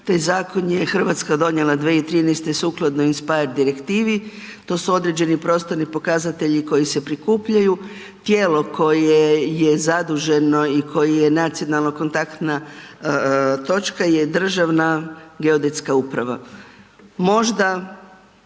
taj zakon je RH donijela 2013. sukladno speaker direktivi, to su određeni prostorni pokazatelji koji se prikupljaju, tijelo koje je zaduženo i koje je nacionalno kontaktna točka je Državna geodetska uprava. Možda